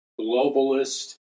globalist